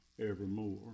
evermore